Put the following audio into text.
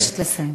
אני מבקשת לסיים.